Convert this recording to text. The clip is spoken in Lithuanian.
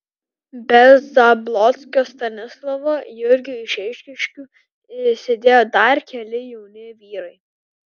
be zablockio stanislovo jurgio iš eišiškių sėdėjo dar keli jauni vyrai